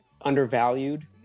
undervalued